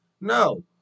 No